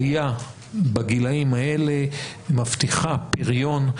עלייה בגילאים האלה מבטיחה פריון,